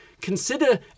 consider